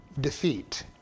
defeat